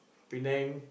Penang